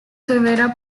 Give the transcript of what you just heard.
severa